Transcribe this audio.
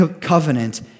covenant